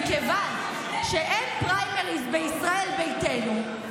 מכיוון שאין פריימריז בישראל ביתנו,